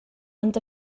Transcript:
ond